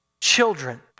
Children